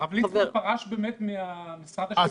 הרב ליצמן אכן פרש ממשרד השיכון.